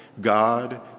God